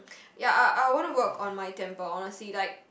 ya I I want to work on my temper honestly like